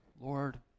Lord